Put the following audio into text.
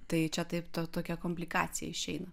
tai čia taip to tokia komplikacija išeina